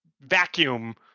vacuum